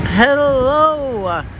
Hello